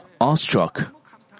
awestruck